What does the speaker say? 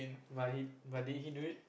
but but did he do it